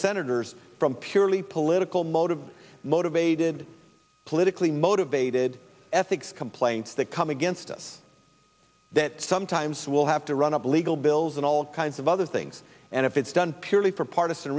senators from purely pull tical motives motivated politically motivated ethics complaints that come against us that sometimes we'll have to run up legal bills and all kinds of other things and if it's done purely for part